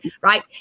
right